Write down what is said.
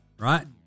Right